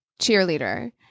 cheerleader